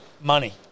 Money